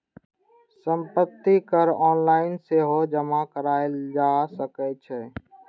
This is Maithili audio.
संपत्ति कर ऑनलाइन सेहो जमा कराएल जा सकै छै